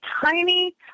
tiny